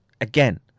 again